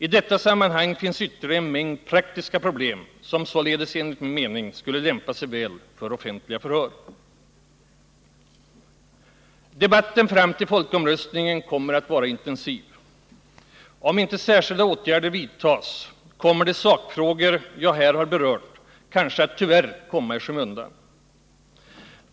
I detta sammanhang finns ytterligare en mängd praktiska problem som således enligt min mening skulle lämpa sig väl för offentliga förhör. Debatten fram till folkomröstningen kommer att vara intensiv. Om inte särskilda åtgärder vidtas, kommer kanske de sakfrågor jag här har berört tyvärr att komma i skymundan.